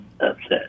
upset